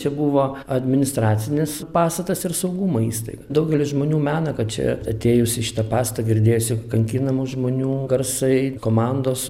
čia buvo administracinis pastatas ir saugumo įstaiga daugelis žmonių mena kad čia atėjus į šitą pastą girdėjosi kankinamų žmonių garsai komandos